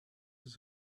his